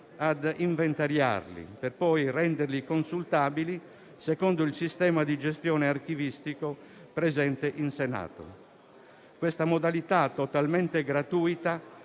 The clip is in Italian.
ad inventariarli per poi renderli consultabili secondo il sistema di gestione archivistico presente in Senato. Questa modalità, totalmente gratuita,